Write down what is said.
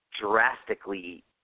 drastically